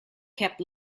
kept